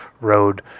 road